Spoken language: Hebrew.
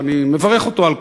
ואני מברך אותו על כך.